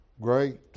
great